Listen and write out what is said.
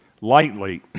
lightly